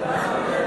בבקשה.